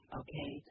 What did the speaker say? okay